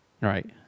Right